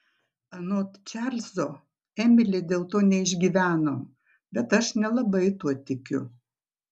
anot čarlzo emilė dėl to neišgyveno bet aš nelabai tuo tikiu